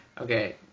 Okay